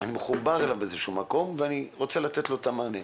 אני מחובר אליו באיזה שהוא מקום ואני רוצה לתת לו את המענה.